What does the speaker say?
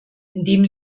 indem